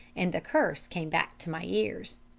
and the curse came back to my ears.